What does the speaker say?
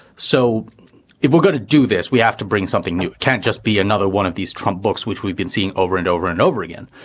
so if we're going to do this, we have to bring something new. can't just be another one of these trump books, which we've been seeing over and over and over again.